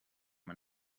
man